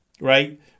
right